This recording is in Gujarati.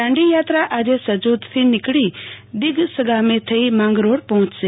દાંડીયાત્રા આજે સજોદથી નીકળી દિગસગામે થઇ માંગરીળ પર્હોચશે